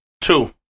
two